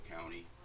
County